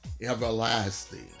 everlasting